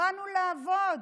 "באנו לעבוד",